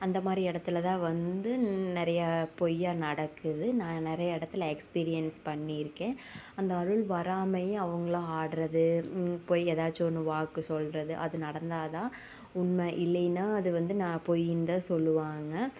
அந்த மாதிரி இடத்துல தான் வந்து நிறைய பொய்யாக நடக்குது நான் நிறைய இடத்துல எக்ஸ்பீரியன்ஸ் பண்ணிஇருக்கேன் அந்த அருள் வராமையே அவங்களா ஆடுறது பொய் எதாச்சும் ஒன்று வாக்கு சொல்லுறது அது நடந்தா தான் உண்மை இல்லைன்னா அது வந்து நான் பொய்யின்னு தான் சொல்லுவாங்க